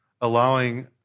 allowing